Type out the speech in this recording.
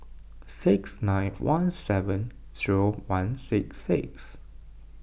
six nine one seven zero one six six